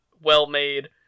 well-made